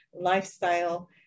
lifestyle